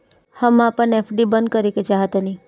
हम अपन एफ.डी बंद करेके चाहातानी